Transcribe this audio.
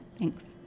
Thanks